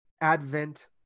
advent